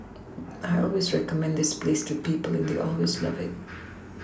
I always recommend this place to people and they always love it